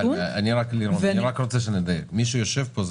אני רוצה שנדייק: מי שיושב פה זה